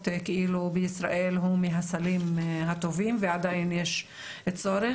בישראל הוא מהבלים הטובים ועדיין יש צורך,